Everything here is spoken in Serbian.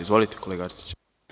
Izvolite, kolega Arsiću.